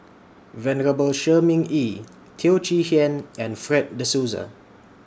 Venerable Shi Ming Yi Teo Chee Hean and Fred De Souza